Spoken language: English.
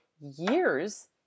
years